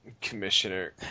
Commissioner